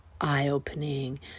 eye-opening